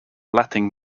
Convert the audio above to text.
latin